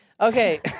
Okay